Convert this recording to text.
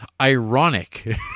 Ironic